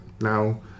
now